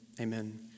amen